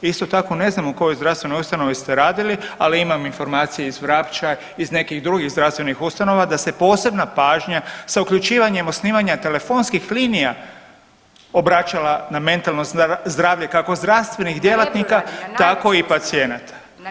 Isto tako, ne znam u kojoj zdravstvenoj ustanovi ste radili, ali imam informacije iz Vrapča, iz nekih drugih zdravstvenih ustanova da se posebna pažnja sa uključivanjem osnivanja telefonskih linija obraćala na mentalno zdravlje kako zdravstvenih djelatnika, ... [[Upadica se ne čuje.]] tako i pacijenata.